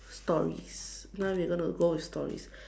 stories now we going to go with stories